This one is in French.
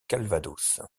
calvados